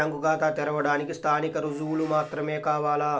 Bank ఖాతా తెరవడానికి స్థానిక రుజువులు మాత్రమే కావాలా?